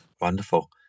Wonderful